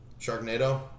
Sharknado